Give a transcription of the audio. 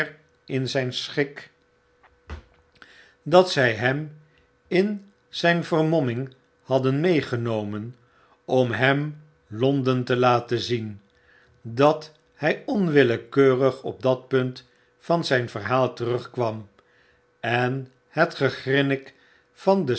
in zyn schik dat zy hem inzynvermomming hadden meegenomen om hem londen te laten zien dat hy onwillekeurig op dat punt van zyn verhaal terugkwam en hetgegrinnik van den